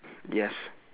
yes